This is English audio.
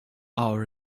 our